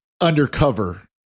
Undercover